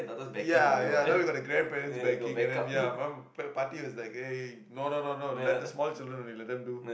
ya ya now we got the grandparents backing and then ya my mum party was like eh no no no let the small children only let them do